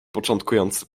początkujący